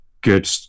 good